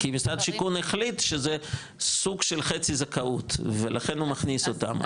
כי משרד השיכון החליט שזה סוג של חצי זכאות ולכן הוא מכניס אותם,